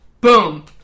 Boom